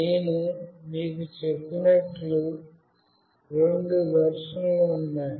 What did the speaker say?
నేను మీకు చెప్పినట్లు రెండు వెర్షన్లు ఉన్నాయి